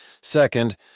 Second